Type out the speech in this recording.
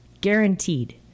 guaranteed